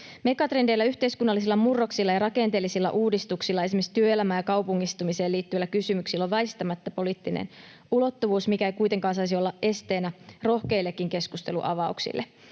Megatrendeillä, yhteiskunnallisilla murroksilla ja rakenteellisilla uudistuksilla, esimerkiksi työelämään ja kaupungistumiseen liittyvillä kysymyksillä, on väistämättä poliittinen ulottuvuus, mikä ei kuitenkaan saisi olla esteenä rohkeillekaan keskustelunavauksille.